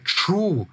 true